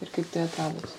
ir kaip tai atradot